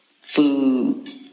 Food